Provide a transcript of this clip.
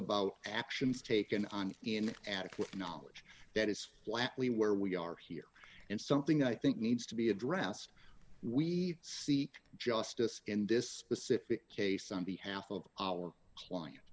about actions taken on in adequate knowledge that is flatly where we are here and something i think needs to be addressed we see justice in this pacific case on behalf of our client